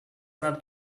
not